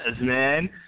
man